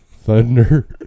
Thunder